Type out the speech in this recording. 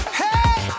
hey